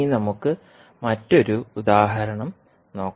ഇനി നമുക്ക് മറ്റൊരു ഉദാഹരണം നോക്കാം